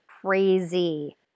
crazy